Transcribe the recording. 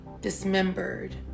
dismembered